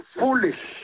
foolish